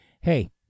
Hey